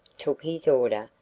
took his order,